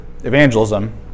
Evangelism